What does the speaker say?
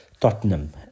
Tottenham